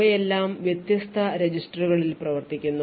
അവയെല്ലാം വ്യത്യസ്ത രജിസ്റ്ററുകളിൽ പ്രവർത്തിക്കുന്നു